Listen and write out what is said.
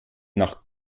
nach